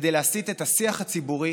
כדי להסיט את השיח הציבורי